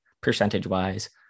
percentage-wise